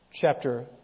chapter